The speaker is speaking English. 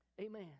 Amen